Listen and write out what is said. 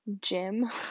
gym